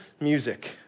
music